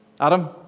Adam